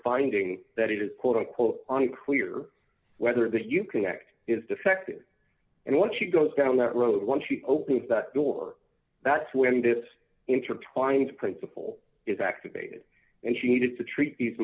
finding that it is quote unquote unclear whether the you can act is defective and once she goes down that road once she opens that door that's when this intertwined principle is activated and she needed to treat these